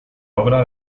obra